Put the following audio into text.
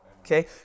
okay